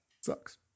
sucks